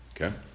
Okay